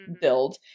build